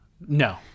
no